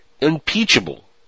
impeachable